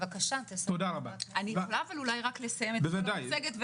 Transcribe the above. אני יכולה לסיים את כל המצגת?